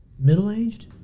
Middle-aged